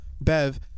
Bev